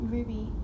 Ruby